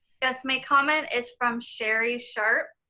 yes, my comment is from cherie sharp.